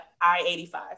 I-85